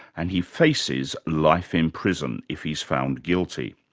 and he faces life in prison if he's found guilty.